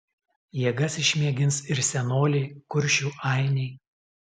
jėgas išmėgins ir senoliai kuršių ainiai